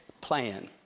plan